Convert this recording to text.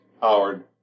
Howard